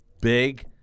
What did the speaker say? Big